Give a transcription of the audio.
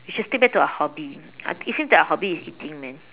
you should stick back to our hobby I it seems our hobby is eating man